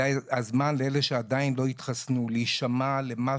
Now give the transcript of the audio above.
זה הזמן לכל אלה שעדיין לא התחסנו להישמע למה